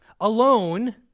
Alone